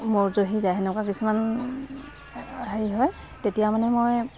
মৰহি যায় এনেকুৱা কিছুমান হেৰি হয় তেতিয়া মানে মই